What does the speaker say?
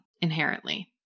inherently